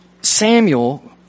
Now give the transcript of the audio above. Samuel